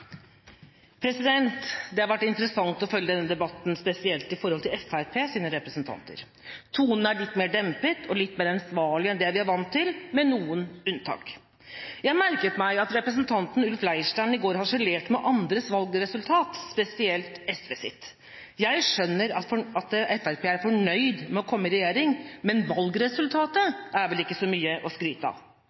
Det har vært interessant å følge denne debatten, spesielt når det gjelder Fremskrittspartiets representanter. Tonen er litt mer dempet og litt mer ansvarlig enn det vi er vant til, med noen unntak. Jeg merket meg at representanten Ulf Leirstein i går harselerte med andres valgresultat, spesielt SV sitt. Jeg skjønner at Fremskrittspartiet er fornøyd med å komme i regjering, men valgresultatet er vel ikke så mye å skryte av.